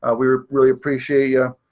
ah we really appreciate you.